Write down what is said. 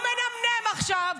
הוא מנמנם עכשיו,